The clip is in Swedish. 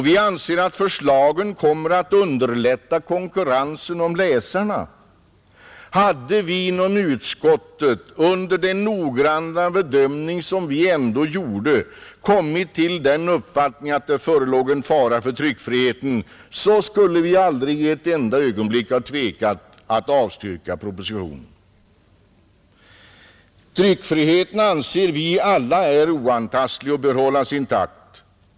Vi anser att förslagen kommer att underlätta konkurrensen om läsarna. Hade vi inom utskottet under den noggranna bedömning som vi ändå gjorde kommit till den uppfattningen att det förelåg en fara för tryckfriheten så skulle vi aldrig ett enda ögonblick ha tvekat att avstyrka propositionen. Tryckfriheten anser vi alla är oantastlig och bör hållas intakt.